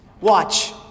Watch